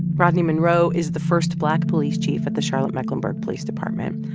rodney monroe is the first black police chief at the charlotte-mecklenburg police department.